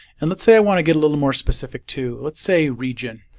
and let's say i want to get a little more specific to, let's say region.